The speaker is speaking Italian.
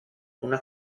una